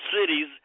cities